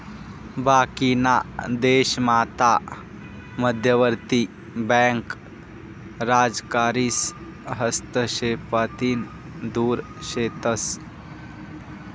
बाकीना देशामात मध्यवर्ती बँका राजकारीस हस्तक्षेपतीन दुर शेतस